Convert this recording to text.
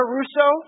Russo